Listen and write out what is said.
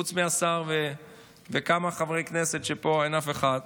חוץ מהשר ומכמה חברי כנסת שפה, אין אף אחד.